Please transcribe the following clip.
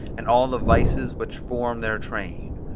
and all the vices which form their train.